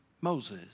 Moses